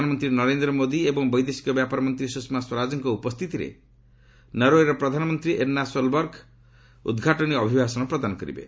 ପ୍ରଧାନମନ୍ତ୍ରୀ ନରେନ୍ଦ୍ର ମୋଦି ଏବଂ ବୈଦେଶିକ ବ୍ୟାପାର ମନ୍ତ୍ରୀ ସୁଷମା ସ୍ୱରାଜଙ୍କ ଉପସ୍ଥିତିରେ ନରୱେର ପ୍ରଧାନମନ୍ତ୍ରୀ ଏର୍ଣ୍ଣା ସୋଲ୍ବର୍ଗ ଉଦ୍ଘାଟନୀ ଅଭିଭାଷଣ ପ୍ରଦାନ କରିବେ